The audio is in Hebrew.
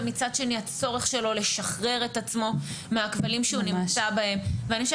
ומצד שני הצורך שלו לשחרר את עצמו מהכבלים שהוא נמצא בהם.